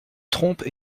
trompent